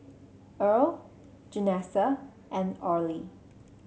Irl Janessa and Orley